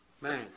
man